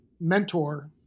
mentor